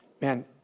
man